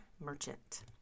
Merchant